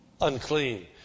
unclean